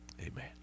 Amen